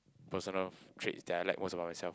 personal traits that I lack most of myself